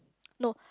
no